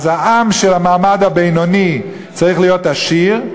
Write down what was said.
אז העם של המעמד הבינוני צריך להיות עשיר,